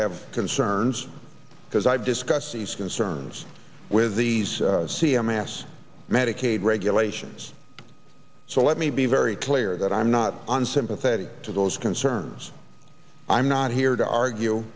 have concerns because i've discussed these concerns with these c m s medicaid regulations so let me be very clear that i'm not unsympathetic to those concerns i'm not here to argue